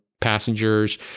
passengers